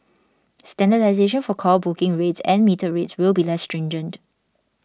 standardisation for call booking rates and metered rates will be less stringent